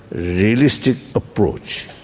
realistic approach.